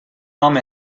home